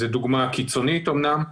זו דוגמה קיצונית אומנם,